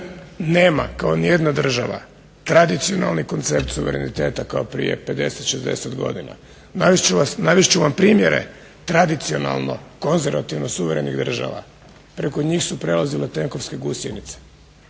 nema kao nijedna država tradicionalni koncept suvereniteta kao prije 50, 60 godina. Navest ću vam primjere tradicionalno konzervativno suverenih država, preko njih su prelazile tenkovske gusjenice.